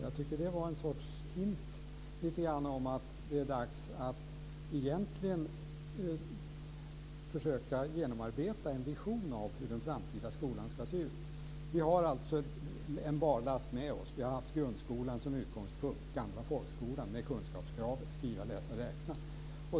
Jag tycker att det lite grann var en hint om att det är dags att försöka genomarbeta en vision om hur den framtida skolan ska se ut. Vi har alltså en barlast med oss. Vi har haft grundskolan som utgångspunkt, gamla folkskolan med kunskapskravet att kunna skriva, läsa och räkna.